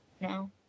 No